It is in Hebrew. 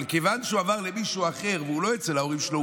אבל כיוון שהוא עבר למישהו אחר והוא לא אצל ההורים שלו,